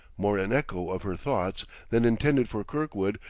more an echo of her thoughts than intended for kirkwood,